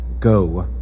Go